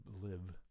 live